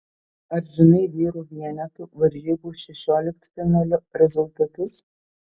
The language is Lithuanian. ar žinai vyrų vienetų varžybų šešioliktfinalio rezultatus